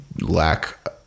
lack